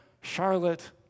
Charlotte